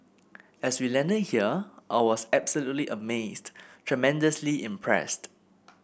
as we landed here I was absolutely amazed tremendously impressed